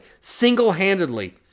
single-handedly